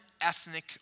ethnic